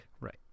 Right